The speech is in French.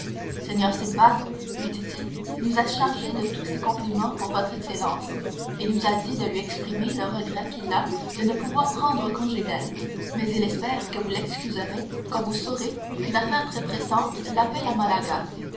seigneur simbad lui dit-il nous a chargés de tous ses compliments pour votre excellence et nous a dit de lui exprimer le regret qu'il a de ne pouvoir prendre congé d'elle mais il espère que vous l'excuserez quand vous saurez qu'une affaire très pressante l'appelle à malaga